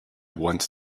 want